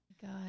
god